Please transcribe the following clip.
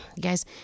guys